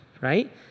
right